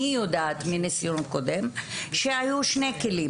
אני יודעת מניסיון קודם שעלו שני כלים